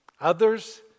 Others